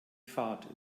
fahrt